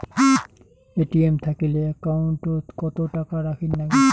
ATM থাকিলে account ওত কত টাকা রাখীর নাগে?